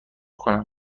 کنم